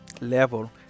level